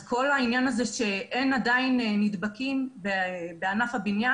אז כל העניין הזה שאין עדיין נדבקים בענף הבנייה